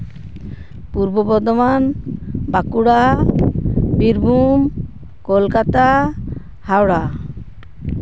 Purba Bardhaman Bankura Birbhum Kolkata Howrah